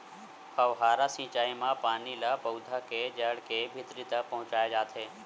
फव्हारा सिचई म पानी ल पउधा के जड़ के भीतरी तक पहुचाए जाथे